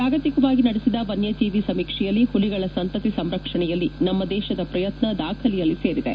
ಜಾಗತಿಕವಾಗಿ ನಡೆಸಿದ ವನ್ನಜೀವಿ ಸಮೀಕ್ಷೆಯಲ್ಲಿ ಹುಲಿಗಳ ಸಂತತಿ ಸಂರಕ್ಷಣೆಯಲ್ಲಿ ನಮ್ಮ ದೇಶದ ಪ್ರಯತ್ನ ದಾಖಲೆಯಲ್ಲಿ ಸೇರಿದೆ